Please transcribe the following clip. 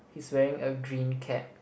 he's wearing a green cap